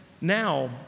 now